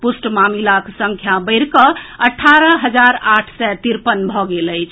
पुष्ट मामिलाक संख्या बढ़िकऽ अठारह हजार आठ सय तिरपन भऽ गेल अछि